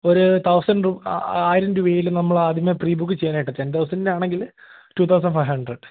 ഒരു തൗസൻഡ് ആയിരം രൂപയെങ്കിലും നമ്മളാദ്യമേ പ്രീ ബുക്ക് ചെയ്യുവാനായിട്ട് ടെൻ തൗസൻഡിൻ്റെയാണെങ്കില് ടൂ തൗസൻഡ് ഫൈവ് ഹൺഡ്രഡ്